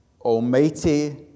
almighty